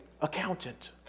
accountant